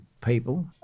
people